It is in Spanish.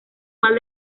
mal